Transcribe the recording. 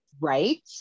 right